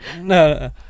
no